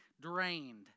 drained